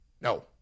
No